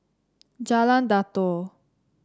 Jalan Datoh